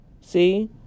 see